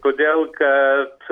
todėl kad